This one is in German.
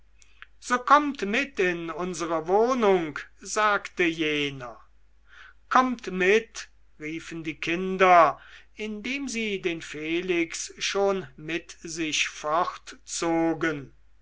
so kommt mit in unsere wohnung sagte jener kommt mit riefen die kinder indem sie den felix schon mit sich